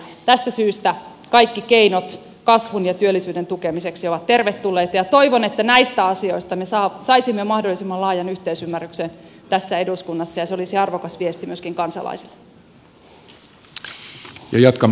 tästä syystä kaikki keinot kasvun ja työllisyyden tukemiseksi ovat tervetulleita ja toivon että näistä asioista me saisimme mahdollisimman laajan yhteisymmärryksen tässä eduskunnassa ja se olisi arvokas viesti myöskin kansalaisille